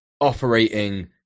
operating